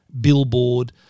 Billboard